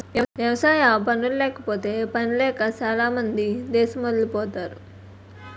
వ్యవసాయ పనుల్లేకపోతే పనిలేక సేనా మంది దేసమెలిపోతరు